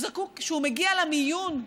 כשהוא מגיע למיון,